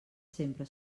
sempre